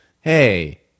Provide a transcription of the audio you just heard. Hey